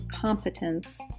competence